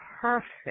perfect